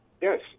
Yes